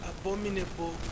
abominable